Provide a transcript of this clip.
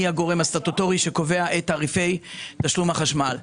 היא הגורם הסטטוטורי שקובע את תעריפי תשלום החשמל.